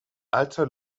alta